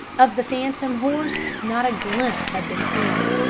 of the phantom horse not a glimpse had been seen.